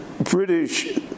British